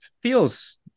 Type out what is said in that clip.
feels